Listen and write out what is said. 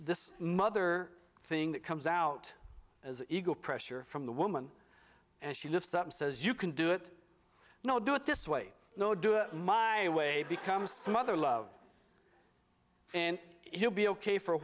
this mother thing that comes out as ego pressure from the woman and she lifts up says you can do it you know do it this way no do it my way becomes some other love and he'll be ok for a